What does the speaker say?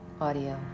audio